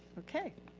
okay.